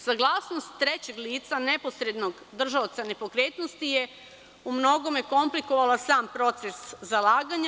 Saglasnost trećeg lica, neposrednog držaoca nepokretnosti, je u mnogome komplikovala sam proces zalaganja.